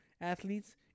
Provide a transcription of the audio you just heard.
athletes